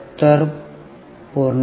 तर 14477